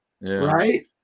right